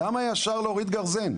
למה ישר להוריד גרזן?